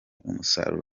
umusaruro